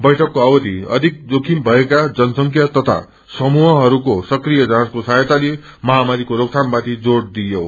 वैइकको अवधि अधिक जोखिम रहेका जनसंख्या तथा समूहहरूको सक्रिय जाँचको सहायताले महामरीको रोकथाममाथि जोड़ दिइचे